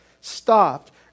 stopped